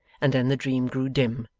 and then the dream grew dim,